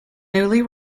newly